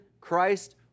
Christ